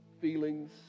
feelings